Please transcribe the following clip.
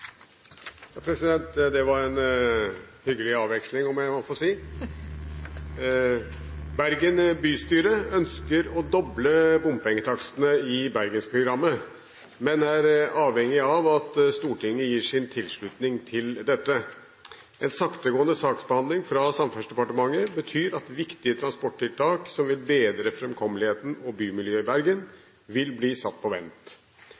Det var en hyggelig avveksling – om jeg får lov til å si det. «Bergen bystyre ønsker å doble bompengetakstene i Bergensprogrammet, men er avhengig av at Stortinget gir sin tilslutning til dette. En saktegående saksbehandling fra Samferdselsdepartementet betyr at viktige transporttiltak som vil bedre fremkommeligheten og bymiljøet i Bergen, vil bli satt på vent.